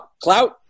clout